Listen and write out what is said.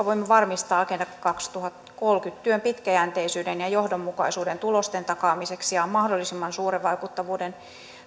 voimme varmistaa agenda kaksituhattakolmekymmentä työn pitkäjänteisyyden ja johdonmukaisuuden tulosten takaamiseksi ja mahdollisimman suuren vaikuttavuuden